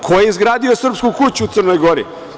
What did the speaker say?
Ko je izgradio srpsku kuću u Crnoj Gori?